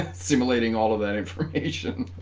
simulating all of that information